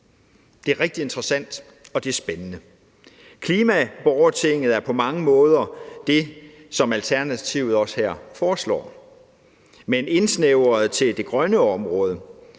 Det er rigtig interessant, og det er spændende. Klimaborgertinget er på mange måder det, som Alternativet også her foreslår, men indsnævret til det grønne område.